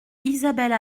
isabelle